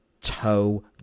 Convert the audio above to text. toe